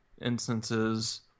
instances